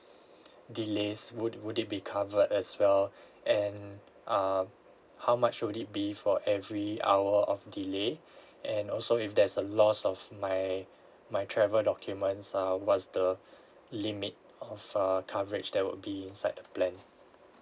delays would would it be covered as well and err how much will it be for every hour of delay and also if there's a loss of my my travel documents err what's the limit of err coverage that would be inside the plan